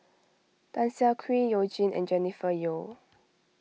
Tan Siah Kwee You Jin and Jennifer Yeo